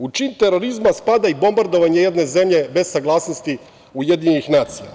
U čin terorizma spada i bombardovanje jedne zemlje bez saglasnosti UN.